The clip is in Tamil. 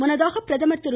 முன்னதாக பிரதமர் திரு